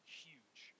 huge